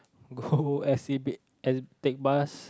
go S_C_B take bus